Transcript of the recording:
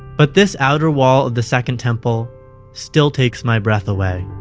but this outer wall of the second temple still takes my breath away.